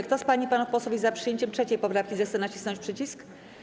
Kto z pań i panów posłów jest za przyjęciem 3. poprawki, zechce nacisnąć przycisk.